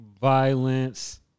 violence